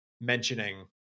mentioning